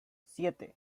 siete